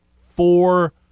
four